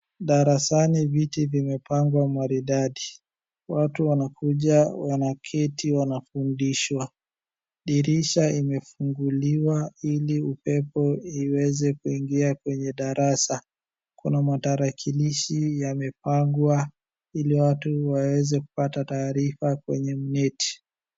Darasani viti vimepangwa maridadi, watu wanakuja wanaketi wanafundishwa, dirisha imefunguliwa ili upepo iweze kuingia kwenye darasa. Kuna tarakilishi yamepangwa ili watu waweze kupata taarifa kwenye mneti.